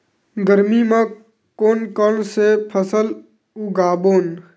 गरमी मा कोन कौन से फसल उगाबोन?